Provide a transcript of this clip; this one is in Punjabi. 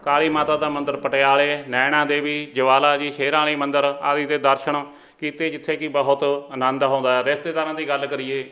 ਕਾਲੀ ਮਾਤਾ ਦਾ ਮੰਦਰ ਪਟਿਆਲੇ ਨੈਣਾਂ ਦੇਵੀ ਜਵਾਲਾ ਜੀ ਸ਼ੇਰਾਂ ਵਾਲੀ ਮੰਦਰ ਵਾਲੀ ਦੇ ਦਰਸ਼ਨ ਕੀਤੇ ਜਿੱਥੇ ਕਿ ਬਹੁਤ ਆਨੰਦ ਆਉਂਦਾ ਰਿਸ਼ਤੇਦਾਰਾਂ ਦੀ ਗੱਲ ਕਰੀਏ